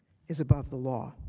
is above the law.